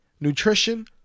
nutrition